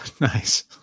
Nice